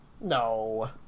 No